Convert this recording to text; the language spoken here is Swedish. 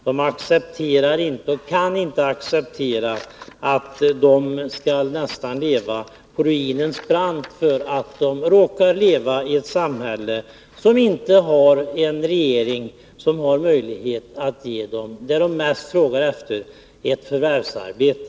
De accepterar inte, och kan inte acceptera, att de skall leva nästan på ruinens brant därför att de råkar leva i ett samhälle som inte har en regering som har möjlighet att ge dem det de mest frågar efter: ett förvärvsarbete.